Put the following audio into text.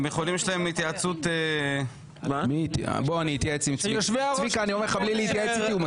יש להם התייעצות --- צביקה מסכים איתי בלי להתייעץ איתי.